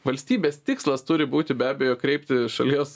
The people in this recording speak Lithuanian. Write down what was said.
valstybės tikslas turi būti be abejo kreipti šalies